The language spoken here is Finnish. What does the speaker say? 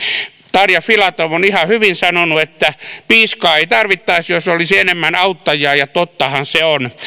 tarja filatov on ihan hyvin sanonut että piiskaa ei tarvittaisi jos olisi enemmän auttajia ja tottahan se on